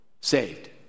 saved